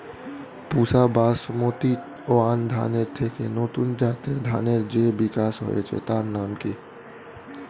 পুসা Basmati one ধানের থেকে নতুন জাতের ধানের যে বিকাশ হয়েছে তার নাম কি?